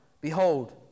Behold